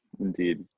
Indeed